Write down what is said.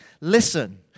Listen